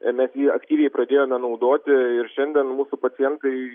mes jį aktyviai pradėjome naudoti ir šiandien mūsų pacientai